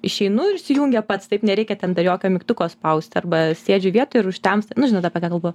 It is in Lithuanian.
išeinu ir išsijungia pats taip nereikia ten dar jokio mygtuko spausti arba sėdžiu vietoj ir užtemsta nu žinot apie ką kalbu